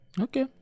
Okay